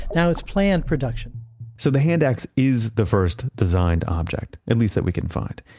now, it's planned production so the hand axe is the first designed object at least that we can find.